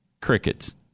Crickets